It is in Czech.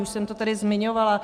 Už jsem to tady zmiňovala.